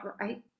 right